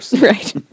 Right